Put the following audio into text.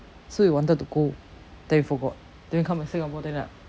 so we wanted to go then we forgot then we come back singapore then like